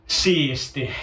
siisti